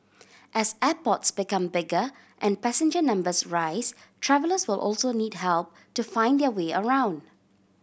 as airports become bigger and passenger numbers rise travellers will also need help to find their way around